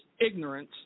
ignorance